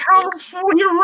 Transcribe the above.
California